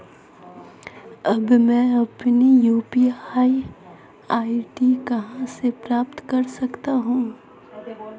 अब मैं अपनी यू.पी.आई आई.डी कहां से प्राप्त कर सकता हूं?